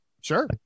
Sure